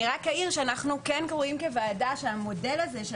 אני רק אעיר שאנחנו כוועדה רואים שהמודל הזה של